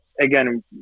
again